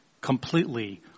completely